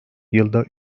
yılda